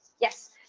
Yes